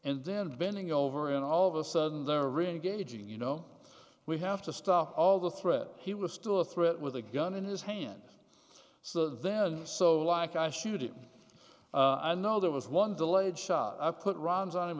and then bending over and all of a sudden they're really gauging you know we have to stop all the threat he was still a threat with a gun in his hand so then so like i shoot him i know there was one delayed shot i put rounds on him